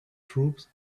troops